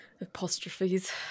Apostrophes